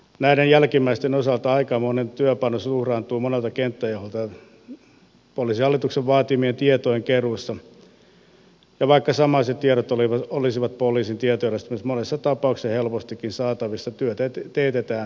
näiden jälkimmäisten osalta aikamoinen työpanos uhraantuu monelta kenttäjohtajalta poliisihallituksen vaatimien tietojen keruussa ja vaikka samaiset tiedot olisivat poliisin tietojärjestelmistä monessa tapauksessa helpostikin saatavissa työtä teetetään kentällä